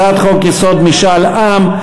הצעת חוק-יסוד: משאל עם.